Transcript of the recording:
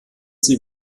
sie